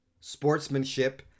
sportsmanship